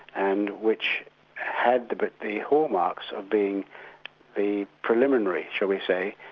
and which had the but the hallmarks of being the preliminary, shall we say,